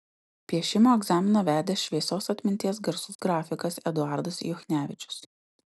piešimo egzaminą vedė šviesios atminties garsus grafikas eduardas juchnevičius